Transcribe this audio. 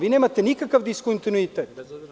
Vi nemate nikakav diskontinuitet.